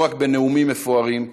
לא רק בנאומים מפוארים,